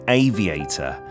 aviator